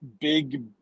big